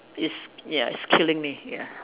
it's ya it's killing me ya